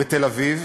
בתל-אביב,